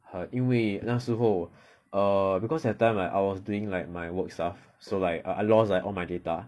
因为那时候 err because that time like I was doing like my work stuff so like I lost like all my data